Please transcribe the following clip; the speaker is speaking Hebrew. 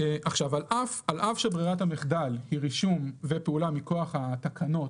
אל אף שברירת המחדל היא רישום ופעולה מכוח התקנות,